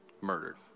murdered